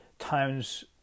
times